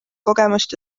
kogemust